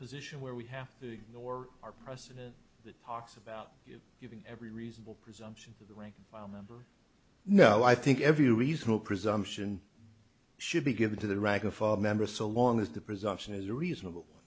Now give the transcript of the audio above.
position where we have to ignore our president that talks about giving every reasonable presumption to the rank and file number no i think every reasonable presumption should be given to the rank of a member so long as the presumption is a reasonable